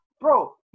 bro